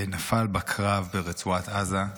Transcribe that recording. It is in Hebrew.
נפל בקרב ברצועת עזה.